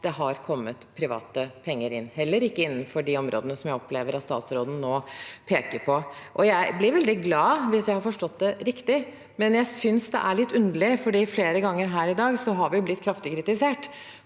det har kommet private penger inn, heller ikke innenfor de områdene som jeg opplever at statsråden nå peker på. Jeg blir veldig glad hvis jeg har forstått det riktig, men jeg synes det er litt underlig, for flere ganger her i dag har vi blitt kraftig kritisert